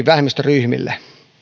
vähemmistöryhmille